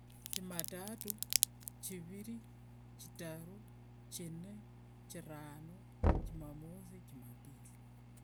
Jumatatu, chiviri, chitaru chine, chirano jumamosi jumapili